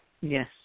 Yes